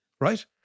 right